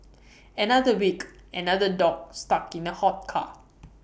another week another dog stuck in A hot car